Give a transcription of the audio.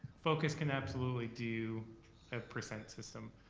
focus can absolutely do a percent system.